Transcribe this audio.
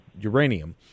uranium